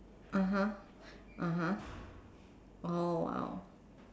(uh huh) (uh huh) oh !wow!